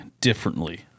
differently